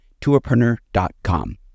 tourpreneur.com